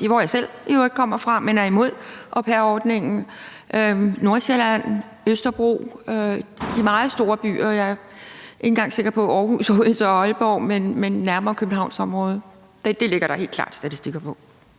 jeg i øvrigt selv kommer fra, men jeg er imod au pair-ordningen. Det er Nordsjælland, Østerbro og de meget store byer. Jeg er ikke sikker på, at det gælder Aarhus, Odense og Aalborg, men nærmere Københavnsområdet. Det er der helt klart statistikker